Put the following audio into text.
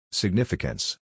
Significance